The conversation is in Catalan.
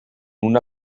una